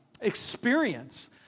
experience